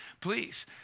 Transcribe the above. please